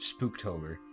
spooktober